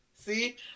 See